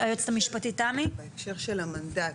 בהקשר של המנדט,